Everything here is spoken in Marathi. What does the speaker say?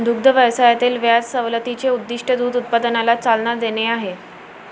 दुग्ध व्यवसायातील व्याज सवलतीचे उद्दीष्ट दूध उत्पादनाला चालना देणे आहे